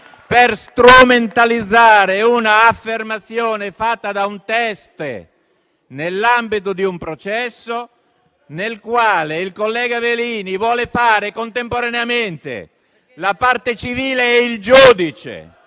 per strumentalizzare un'affermazione fatta da un teste nell'ambito di un processo nel quale il collega Verini vuole fare contemporaneamente la parte civile e il giudice.